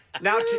Now